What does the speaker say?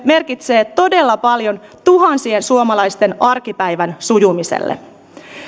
merkitsee todella paljon tuhansien suomalaisten arkipäivän sujumiselle